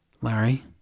Larry